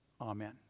Amen